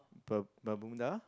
ber~ bermuda